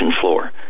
floor